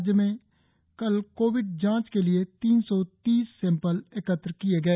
राज्यभर में कल कोविड जांच के लिए तीन सौ तीस सैंपल एकत्र किए गए